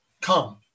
Come